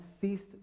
ceased